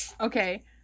Okay